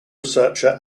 researcher